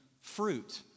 fruit